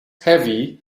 heavy